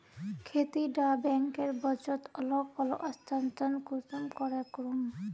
खेती डा बैंकेर बचत अलग अलग स्थानंतरण कुंसम करे करूम?